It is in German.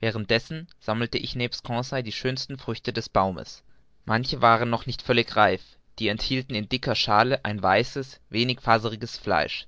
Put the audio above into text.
dessen sammelte ich nebst conseil die schönsten früchte des baumes manche waren noch nicht völlig reif die enthielten in dicker schaale ein weißes wenig faseriges fleisch